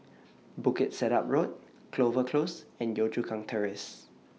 Bukit Sedap Road Clover Close and Yio Chu Kang Terrace